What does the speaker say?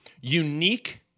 unique